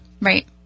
Right